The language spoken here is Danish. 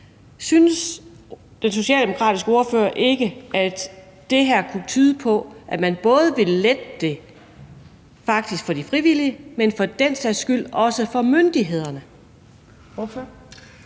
Synes den socialdemokratiske ordfører ikke, at det her kunne tyde på, at man ville lette det faktisk både for de frivillige, men for den sags skyld også for myndighederne?